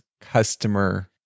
customer